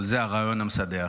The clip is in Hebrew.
אבל זה הרעיון המסדר.